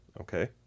Okay